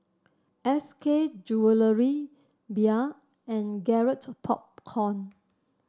S K Jewellery Bia and Garrett Popcorn